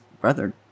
brother